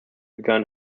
gun